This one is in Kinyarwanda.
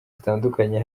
zitandukanye